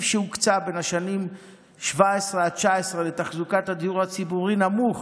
שהוקצה בין השנים 2017 ל-2019 לתחזוקת הדיור הציבורי נמוך